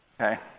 Okay